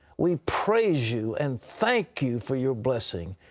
we praise you and thank you for your blessing.